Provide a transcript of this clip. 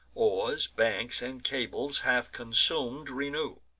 oars, banks, and cables, half consum'd, renew.